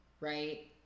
right